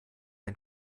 ein